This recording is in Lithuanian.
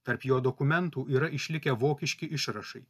tarp jo dokumentų yra išlikę vokiški išrašai